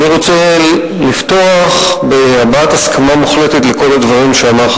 אני רוצה לפתוח בהבעת הסכמה מוחלטת לכל הדברים שהוא אמר.